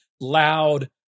loud